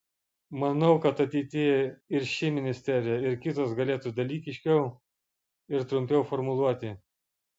manau kad ateityje ir ši ministerija ir kitos galėtų dalykiškiau ir trumpiau formuluoti